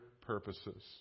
purposes